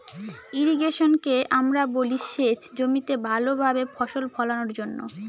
ইর্রিগেশনকে আমরা বলি সেচ জমিতে ভালো ভাবে ফসল ফোলানোর জন্য